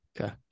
okay